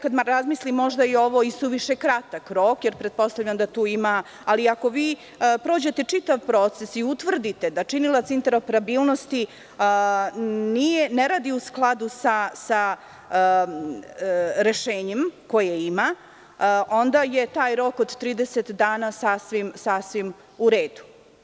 Kada razmislim, možda je ovo i suviše kratak rok, jer pretpostavljam da tu ima, ali ako prođete čitav proces i utvrdite da činilac interoperabilnosti ne radi u skladu sa rešenjem koje ima, onda je taj rok od 30 dana sasvim u redu.